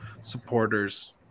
supporters